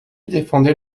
défendait